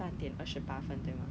now actually